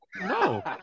no